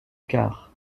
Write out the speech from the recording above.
quarts